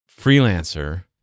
freelancer